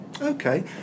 Okay